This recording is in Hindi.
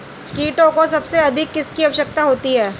कीटों को सबसे अधिक किसकी आवश्यकता होती है?